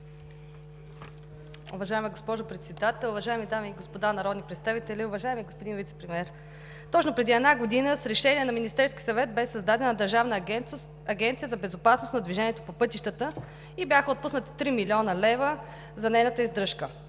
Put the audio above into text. Уважаема госпожо Председател, уважаеми дами и господа народни представители! Уважаеми господин Вицепремиер, точно преди една година с Решение на Министерския съвет бе създадена Държавна агенция за безопасност на движението по пътищата и бяха отпуснати 3 млн. лв. за нейната издръжка.